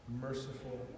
merciful